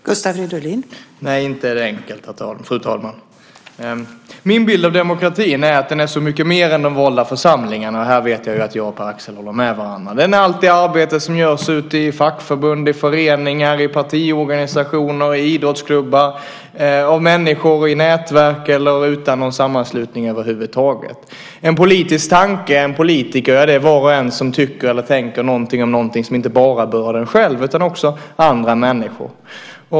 Fru talman! Nej, det är inte enkelt. Min bild av demokratin är att den är så mycket mer än de valda församlingarna. Här vet jag att jag och Pär Axel håller med varandra. Det gäller allt det arbete som görs ute i fackförbund, i föreningar, i partiorganisationer, i idrottsklubbar, av människor i nätverk eller utan någon sammanslutning över huvud taget. En politisk tanke, en politiker, är var och en som tycker eller tänker någonting om någonting som inte bara berör en själv utan också andra människor.